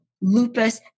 lupus